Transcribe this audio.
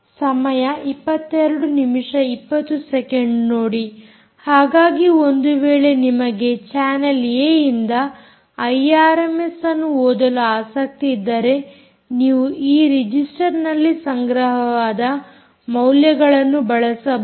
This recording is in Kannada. ಸಮಯ ನೋಡಿ 2220 ಹಾಗಾಗಿ ಒಂದು ವೇಳೆ ನಿಮಗೆ ಚಾನಲ್ ಏಯಿಂದ ಐ ಆರ್ಎಮ್ಎಸ್ ಅನ್ನು ಓದಲು ಆಸಕ್ತಿಯಿದ್ದರೆ ನೀವು ಈ ರಿಜಿಸ್ಟರ್ ನಲ್ಲಿ ಸಂಗ್ರಹವಾದ ಮೌಲ್ಯಗಳನ್ನು ಬಳಸಬಹುದು